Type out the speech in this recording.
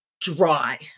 dry